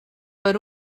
per